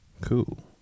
Cool